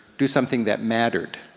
do something that mattered?